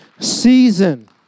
Season